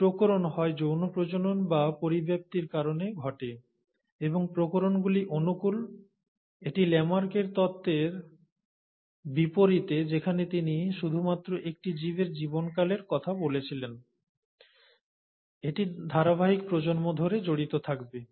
এই প্রকরণ হয় যৌন প্রজনন বা পরিব্যক্তির কারণে ঘটে এবং প্রকরণগুলি অনুকূল এটি লামার্কের তত্ত্বের বিপরীতে যেখানে তিনি শুধুমাত্র একটি জীবের জীবনকালের কথা বলেছিলেন এটি ধারাবাহিক প্রজন্ম ধরে জড়িত থাকবে